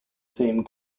same